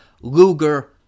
Luger